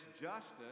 justice